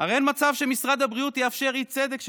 הרי אין מצב שמשרד הבריאות יאפשר אי-צדק שכזה.